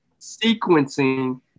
sequencing